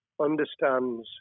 understands